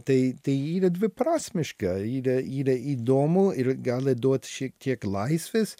tai tai yra dviprasmiška yra yra įdomu ir gali duot šiek tiek laisvės